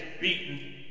beaten